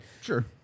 Sure